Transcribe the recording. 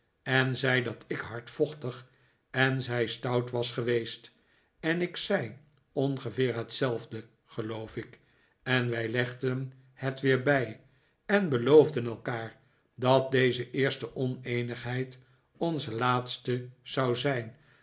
en zei dat ik hardvochtig en zij stout was geweest en ik zei ongeveer hetzelfde geloof ik en wij legden het weer bij en beloofden elkaar dat deze eerste oneenigheid onze laatste zou zijn